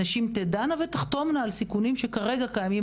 הנשים תדענה ותחתומנה על סיכונים שכרגע קיימים